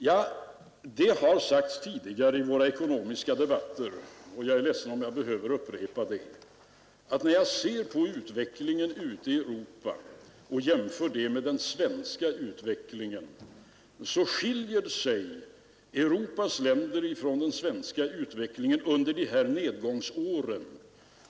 Jag har sagt tidigare i våra ekonomiska debatter — jag är ledsen om jag behöver upprepa det — att när jag jämför utvecklingen ute i Europa med den svenska utvecklingen kan jag konstatera, att utvecklingen i Europas länder skiljer sig från den svenska under de här nedgångsåren.